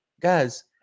guys